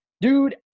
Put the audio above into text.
dude